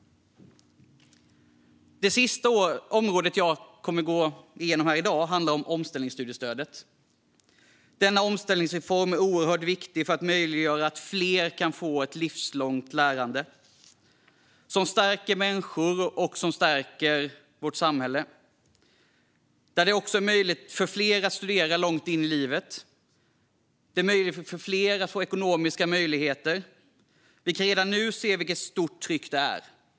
Det sista området jag tänker gå igenom i dag handlar om omställningsstudiestödet. Denna omställningsreform är oerhört viktig för att göra det möjligt för fler att ta del av ett livslångt lärande. Stödet stärker människor och stärker vårt samhälle. Stödet innebär att fler får ekonomiska möjligheter att studera långt in i livet. Vi kan redan nu se hur stort trycket är.